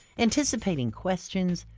anticipating questions,